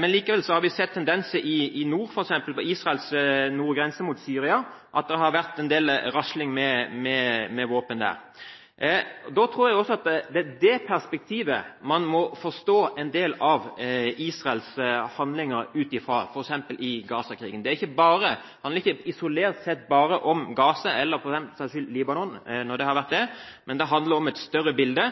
men likevel har vi sett tendenser i nord, f.eks. på Israels grense mot Syria, der det har vært en del rasling med våpen. Det er ut fra det perspektivet man må forstå en del av Israels handlinger, f.eks. i Gaza-krigen. Det handler ikke isolert sett bare om Gaza eller for den saks skyld Libanon – når det har gjort det – men det handler om et større bilde